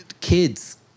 kids